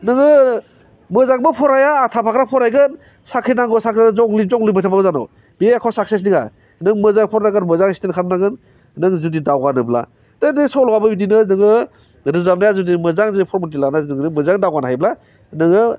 नोङो मोजांबो फराया आदा फाख्रा फरायगोन साख्रि नांगौ साख्रि नांगौ जंलिब जंलिब जानो बे जेबो साक्सेस जाया नों मोजां फरायनांगोन मोजां स्तेन्द खालामनांगोन नों जुदि दावगानोब्ला दैनि सल'आबो बिदिनो नोङो रोजाबनायआ जुदि मोजां मोजां दावगानो हायोब्ला नोङो